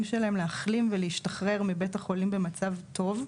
שלהם להחלים ולהשתחרר מבית החולים במצב טוב.